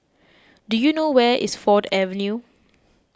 do you know where is Ford Avenue